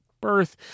birth